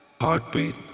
Heartbeat